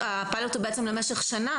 והפיילוט הוא בעצם למשך שנה,